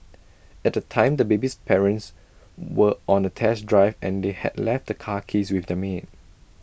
at the time the baby's parents were on A test drive and they had left the car keys with their maid